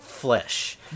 Flesh